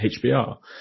HBR